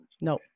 no